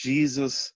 Jesus